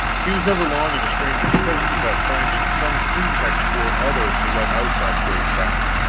he was never long in a stranger's presence without finding some pretext or other to let out that great fact.